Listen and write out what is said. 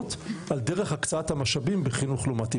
הוועדות על דרך הקצאת המשאבים בחינוך לעומת טיפול.